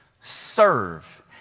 serve